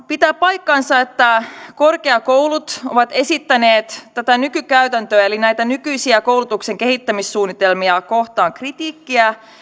pitää paikkansa että korkeakoulut ovat esittäneet tätä nykykäytäntöä eli näitä nykyisiä koulutuksen kehittämissuunnitelmia kohtaan kritiikkiä